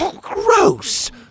Gross